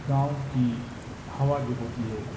گاؤں کی ہوا جو ہوتی ہے